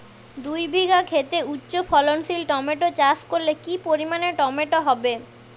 দুই বিঘা খেতে উচ্চফলনশীল টমেটো চাষ করলে কি পরিমাণ টমেটো হবে?